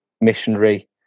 missionary